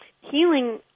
Healing